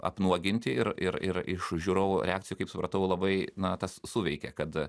apnuoginti ir ir ir iš žiūrovų reakcijų kaip supratau labai na tas suveikė kad